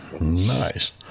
Nice